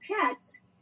pets